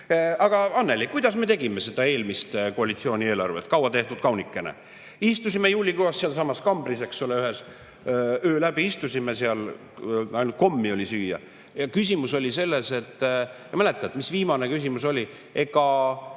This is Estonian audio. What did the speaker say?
Aga, Anneli, kuidas me tegime seda eelmist koalitsiooni eelarvet, kaua tehtud kaunikene? Istusime juulikuus sealsamas kambris, öö läbi istusime seal, ainult kommi oli süüa. Küsimus oli selles … Mäletad, mis viimane küsimus oli? Ega